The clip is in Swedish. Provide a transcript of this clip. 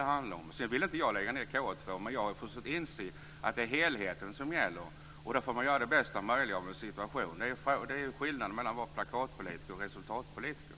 Jag vill inte lägga ned K 2, men jag har fått inse att det är helheten som gäller. Man får göra det bästa möjliga av situationen. Det är skillnaden mellan att vara plakatpolitiker och att vara resultatpolitiker.